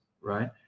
right